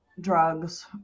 drugs